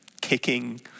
kicking